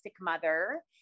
mother